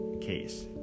case